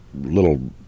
little